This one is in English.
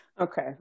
okay